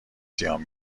زیان